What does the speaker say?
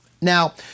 Now